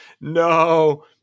No